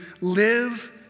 live